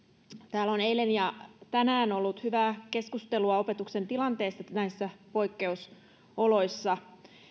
täällä on eilen ja tänään ollut hyvää keskustelua opetuksen tilanteesta näissä poikkeusoloissa